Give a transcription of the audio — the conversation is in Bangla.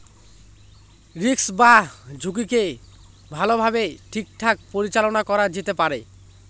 রিস্ক বা ঝুঁকিকে ভালোভাবে ঠিকঠাক পরিচালনা করা যেতে পারে